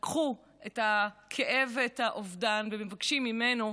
שלקחו את הכאב ואת האובדן ומבקשים מאיתנו,